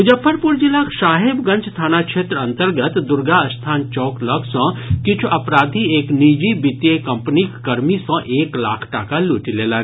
मुजफ्फरपुर जिलाक साहेबगंज थाना क्षेत्र अंतर्गत दुर्गा स्थान चौक लऽग सॅ किछ् अपराधी एक निजी वित्तीय कंपनीक कर्मी सॅ एक लाख टाका लूटि लेलक